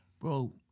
bro